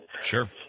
Sure